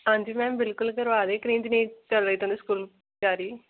हां जी मैम बिलकुल करवाऽ दे कनेही जेही चलै दी तुं'दे स्कूल त्यारी